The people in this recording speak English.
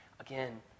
Again